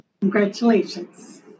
Congratulations